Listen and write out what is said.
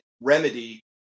remedy